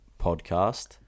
podcast